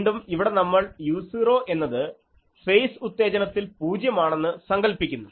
വീണ്ടും ഇവിടെ നമ്മൾ u0 എന്നത് ഫേസ് ഉത്തേജനത്തിൽ പൂജ്യം ആണെന്ന് സങ്കൽപ്പിക്കുന്നു